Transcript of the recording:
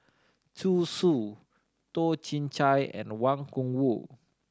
Zhu Xu Toh Chin Chye and Wang Gungwu